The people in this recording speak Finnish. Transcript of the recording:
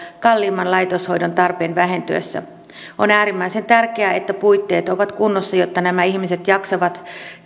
kalliimman laitoshoidon tarpeen vähentyessä on äärimmäisen tärkeää että puitteet ovat kunnossa jotta nämä ihmiset jaksavat